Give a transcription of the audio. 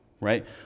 right